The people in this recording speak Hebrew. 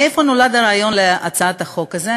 ממה נולד הרעיון להצעת החוק הזאת?